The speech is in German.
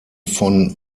von